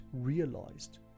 realized